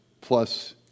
plus